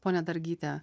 ponia dargyte